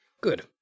Good